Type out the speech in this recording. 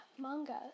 manga